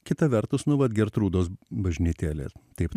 kita vertus nu vat gertrūdos bažnytėlė taip